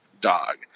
dog